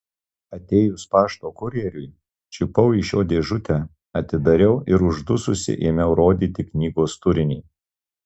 atėjus pašto kurjeriui čiupau iš jo dėžutę atidariau ir uždususi ėmiau rodyti knygos turinį